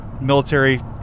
military